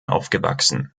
aufgewachsen